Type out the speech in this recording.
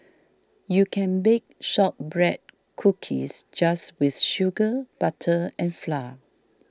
you can bake Shortbread Cookies just with sugar butter and flour